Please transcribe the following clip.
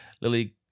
Lily